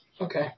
Okay